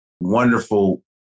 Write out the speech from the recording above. wonderful